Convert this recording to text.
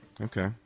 Okay